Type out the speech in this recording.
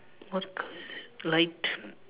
what colour is this light